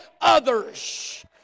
others